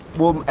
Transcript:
well,